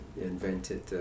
invented